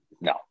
no